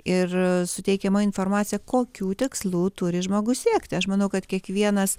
ir suteikiama informacija kokių tikslų turi žmogus siekti aš manau kad kiekvienas